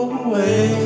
away